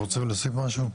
רוצה להוסיף עוד משהו?